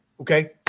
Okay